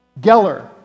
Geller